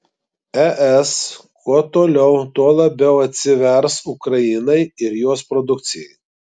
es kuo toliau tuo labiau atsivers ukrainai ir jos produkcijai